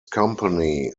company